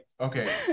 okay